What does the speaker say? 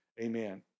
amen